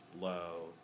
low